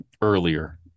earlier